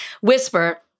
whisper